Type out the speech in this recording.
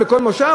בכל מושב?